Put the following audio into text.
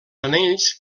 anells